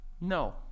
No